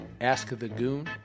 askthegoon